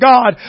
God